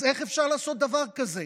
אז איך אפשר לעשות דבר כזה?